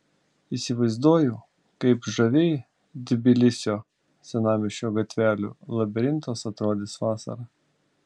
įsivaizduoju kaip žaviai tbilisio senamiesčio gatvelių labirintas atrodys vasarą